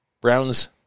Brown's